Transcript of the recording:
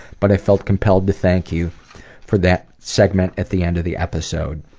but i felt compelled to thank you for that segment at the end of the episode.